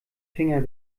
finger